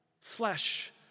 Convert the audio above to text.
Flesh